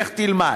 לך תלמד.